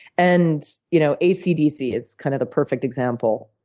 and you know ac dc is kind of the perfect example.